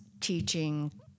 teaching